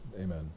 Amen